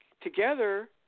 together